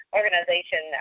organization